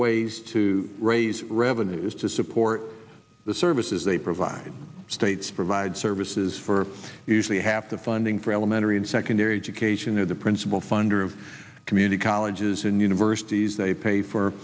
ways to raise revenues to support the services they provide states provide services for usually half the funding for elementary and secondary education are the principal funder of community colleges and universities they pay for